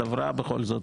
הצבעה אושר.